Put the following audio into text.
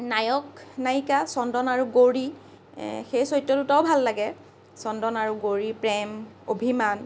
নায়ক নায়িকা চন্দন আৰু গৌৰী সেই চৰিত্ৰ দুটাও ভাল লাগে চন্দন আৰু গৌৰীৰ প্ৰেম অভিমান